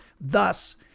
Thus